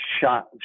shot